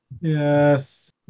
yes